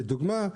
לדוגמה,